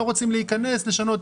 לא רוצים להיכנס לשנות.